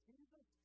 Jesus